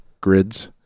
grids